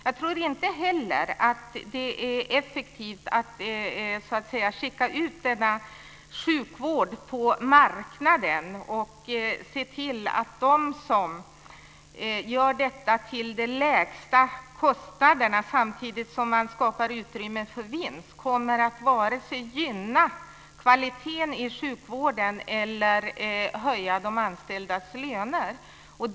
Jag tror inte heller att det är effektivt att skicka ut sjukvården på marknaden och se till att de som utför vården till de lägsta kostnaderna, samtidigt som man skapar utrymme för vinst, vare sig kommer att gynna kvaliteten i sjukvården eller höja de anställdas löner.